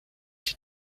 die